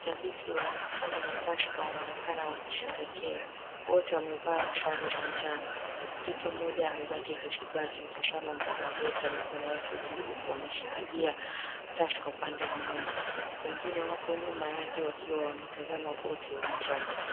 Shabiki wa team ya Tusker wanaonekana wakisherehekea, wote wamevaa sare za njano. Mtoto mmoja amebaki amezubaa akimtizama mbaba aliyeweka mikono yake juu huku ameshikilia Tusker upande mmoja. Wengine wapo nyuma yake wakiwa wametazama kote uwanjani.